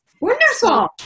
Wonderful